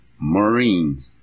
marine